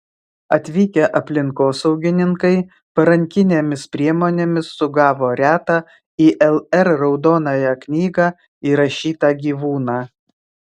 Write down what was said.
atvykę aplinkosaugininkai parankinėmis priemonėmis sugavo retą į lr raudonąją knygą įrašytą gyvūną